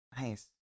Nice